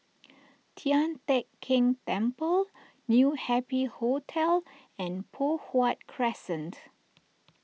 Tian Teck Keng Temple New Happy Hotel and Poh Huat Crescent